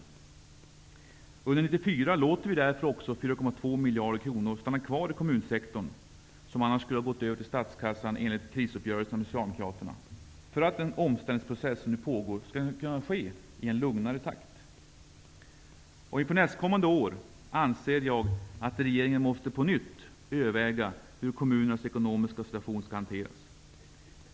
Under 1994 låter vi också 4,2 miljarder kronor, som enligt krisuppgörelsen med Socialdemokraterna skulle ha gått över till statskassan, stanna kvar i kommunsektorn för att den omställningsprocess som nu pågår skall kunna ske i en lugnare takt. Inför nästkommande år anser jag att regeringen på nytt måste överväga hur kommunernas ekonomiska situation skall hanteras.